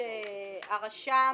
לגבי הפעלת סמכות הרשם,